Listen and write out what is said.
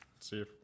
see